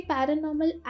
Paranormal